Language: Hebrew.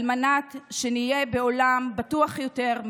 על מנת שנהיה בעולם בטוח יותר,